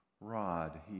Rod